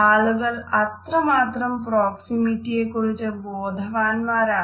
ആളുകൾ അത്രമാത്രം പ്രോക്സെമിറ്റിയെക്കുറിച്ച് ബോധവാന്മാരാണ്